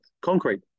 concrete